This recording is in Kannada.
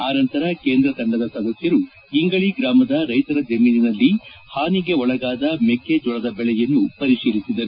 ಅನಂತರ ಕೇಂದ್ರ ತಂಡದ ಸದಸ್ಯರು ಇಂಗಳ ಗ್ರಾಮದ ರೈತರ ಜಮೀನಿನಲ್ಲಿ ಹಾನಿಗೆ ಒಳಗಾದ ಮೆಕ್ಕೆ ಜೋಳದ ಬೆಳೆಯನ್ನೂ ಪರಿಶೀಲಿಸಿದರು